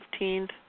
15th